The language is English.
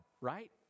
right